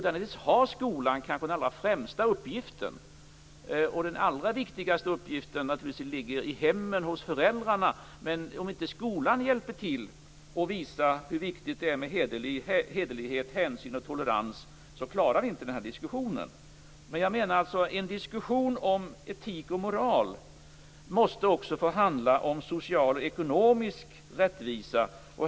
Där har skolan den främsta uppgiften. Den allra viktigaste uppgiften ligger naturligtvis hos föräldrarna i hemmen. Men om inte skolan hjälper till och visar hur viktigt det är med hederlighet, hänsyn och tolerans klarar vi inte diskussionen. En diskussion om etik och moral måste också få handla om social och ekonomisk rättvisa.